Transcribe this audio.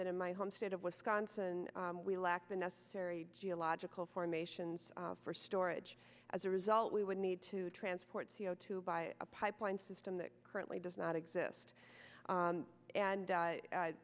that in my home state of wisconsin we lack the necessary geological formations for storage as a result we would need to transport c o two by a pipeline system that currently does not exist and